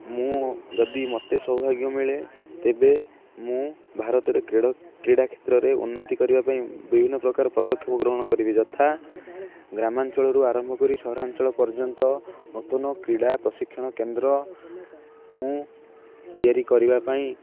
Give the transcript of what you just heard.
ମୁଁ ଯଦି ମତେ ସୌଭାଗ୍ୟ ମିଳେ ତେବେ ମୁଁ ଭାରତରେ କ୍ରୀଡ଼ାକ୍ଷେତ୍ରରେ ଉନ୍ନତି କରିବା ପାଇଁ ବିଭିନ୍ନ ପ୍ରକାର ପଦକ୍ଷେପ ଗ୍ରହଣ କରିବି ଯଥା ଗ୍ରାମାଞ୍ଚଳରୁ ଆରମ୍ଭ କରି ସହରାଞ୍ଚଳ ପର୍ଯ୍ୟନ୍ତ ନୂତନ କ୍ରୀଡ଼ା ପ୍ରଶିକ୍ଷଣ କେନ୍ଦ୍ର ମୁଁ ତିଆରି କରିବା ପାଇଁ